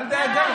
אל דאגה.